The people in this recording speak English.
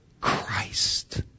Christ